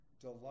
delight